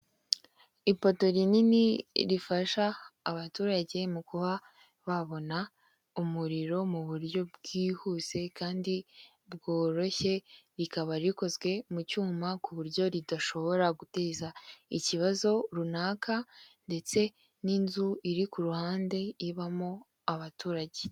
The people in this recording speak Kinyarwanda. Ipoto rinini, rifasha abaturage mu kuba babona umuriro, mu buryo bwihuse kandi bworoshye, rikaba rikozwe mu cyuma, ku buryo ridashobora guteza ikibazo runaka, ndetse n'inzu iri ku ruhande, ibamo abaturage.